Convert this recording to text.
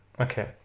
Okay